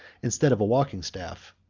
instead of a walking-staff.